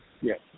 Yes